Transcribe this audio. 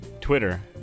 Twitter